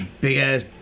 big-ass